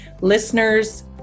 Listeners